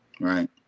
Right